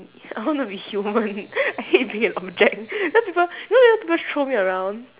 I want to be human I hate being an object later people you know later people throw me around